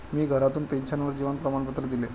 मी घरातूनच पेन्शनर जीवन प्रमाणपत्र दिले